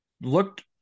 looked